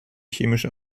chemische